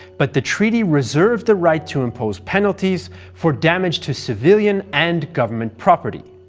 but the treaty reserved the right to impose penalties for damage to civilian and government property